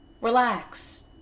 Relax